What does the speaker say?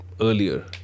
earlier